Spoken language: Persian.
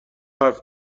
حرف